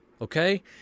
Okay